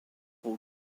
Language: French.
aux